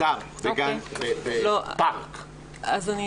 בפארק למשל.